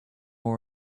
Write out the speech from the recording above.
more